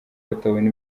batabona